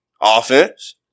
offense